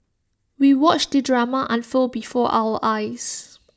we watched the drama unfold before our eyes